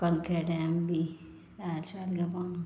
कनकै टैम बी हैल छैल गै पाना